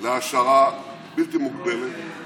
להעשרה בלתי מוגבלת,